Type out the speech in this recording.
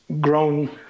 grown